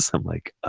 so i'm like, ah,